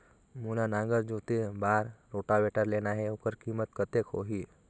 मोला नागर जोते बार रोटावेटर लेना हे ओकर कीमत कतेक होही?